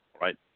right